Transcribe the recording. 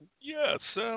yes